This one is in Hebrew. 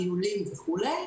טיולים וכולי,